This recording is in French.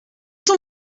ton